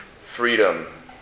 freedom